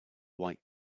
white